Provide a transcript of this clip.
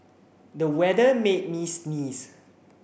the weather made me sneeze